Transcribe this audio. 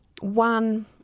one